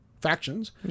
factions